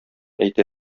әйтә